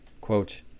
quote